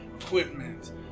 equipment